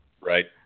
Right